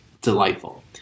delightful